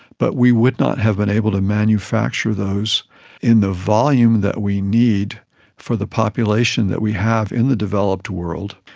but we would not have been able to manufacture those in the volume that we need for the population that we have in the developed world,